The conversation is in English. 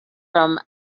from